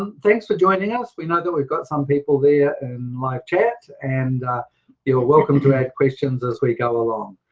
ah thanks for joining us. we know that we've got some people there in my chat, and you're welcome to add questions as we go along.